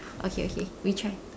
okay okay we try